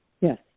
Yes